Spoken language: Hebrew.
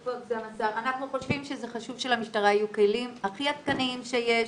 אנחנו חושבים שחשוב שלמשטרה יהיו את הכלים הכי עדכניים שיש,